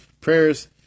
prayers